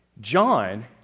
John